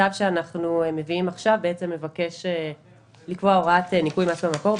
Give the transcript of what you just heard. הצו שאנחנו מביאים עכשיו מבקש לקבוע הוראת ניכוי מס במקור,